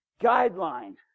guideline